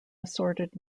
assorted